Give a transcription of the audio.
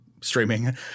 streaming